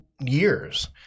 years